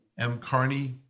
mcarney